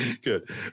Good